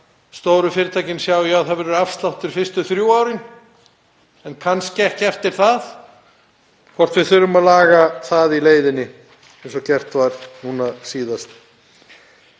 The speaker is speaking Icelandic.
stóru fyrirtækin sjá að það verður afsláttur fyrstu þrjú árin en kannski ekki eftir það — hvort við þurfum að laga það í leiðinni, eins og gert var núna síðast.